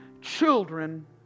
Children